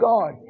God